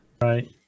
right